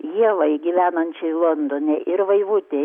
ievai gyvenančiai londone ir vaivutei